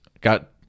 Got